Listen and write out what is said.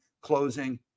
closing